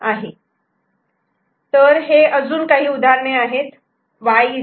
तर हे अजून काही उदाहरणे आहेत